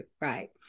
Right